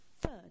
Third